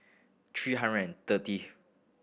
three hundred and thirty